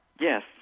Yes